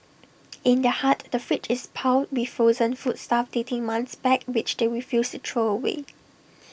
in their hut the fridge is piled with frozen foodstuff dating months back which they refuse to throw away